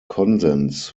konsens